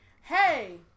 hey